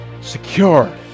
secure